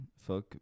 fuck